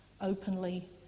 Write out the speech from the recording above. openly